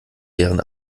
deren